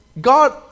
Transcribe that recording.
God